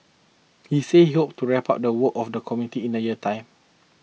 he said he hopes to wrap up the work of the committee in a year's time